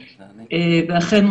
ואכן,